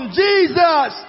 jesus